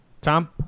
Tom